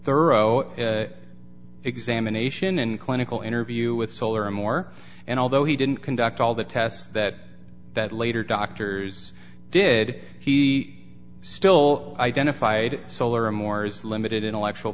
thorough examination and clinical interview with soul or more and although he didn't conduct all the tests that that later doctors did he still identified solar moore's limited intellectual